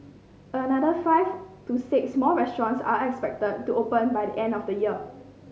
another five to six more restaurants are expected to open by the end of the year